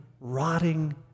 rotting